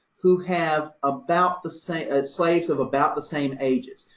who have about the same. slaves of about the same ages.